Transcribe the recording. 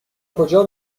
کجا